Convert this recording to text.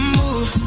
move